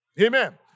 Amen